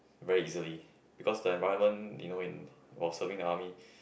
very easily because the environment you know in while serving the army